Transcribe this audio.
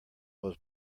was